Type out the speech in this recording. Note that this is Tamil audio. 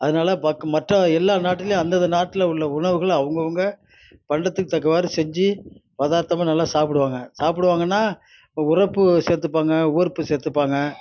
அதனால் பக் மற்ற எல்லா நாட்டிலையும் அந்தந்த நாட்டில் உள்ள உணவுகள் அவங்கவுங்க பண்ணுறதுக்கு தக்கவாறு செஞ்சு பதார்த்தமாக நல்லா சாப்பிடுவாங்க சாப்பிடுவாங்கன்னா இப்போ உரைப்பு சேர்த்துப்பாங்க உவர்ப்பு சேர்த்துப்பாங்க